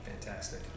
Fantastic